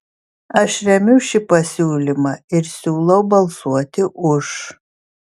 aš remiu šį pasiūlymą ir siūlau balsuoti už